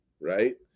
Right